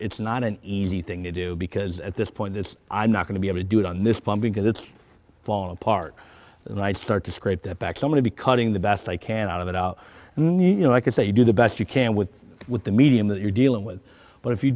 it's not an easy thing to do because at this point it's i'm not going to be able to do it on this plane because it's falling apart and i start to scrape that back so many cutting the best i can out of it out and you know i could say you do the best you can with what the medium that you're dealing with but if you